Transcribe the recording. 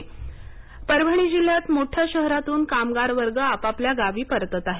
चाचण्या परभणी परभणी जिल्हयात मोठ्या शहरातून कामगार वर्ग आपापल्या गावी परतत आहे